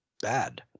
bad